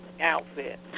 Outfit